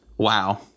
Wow